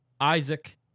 Isaac